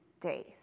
days